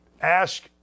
ask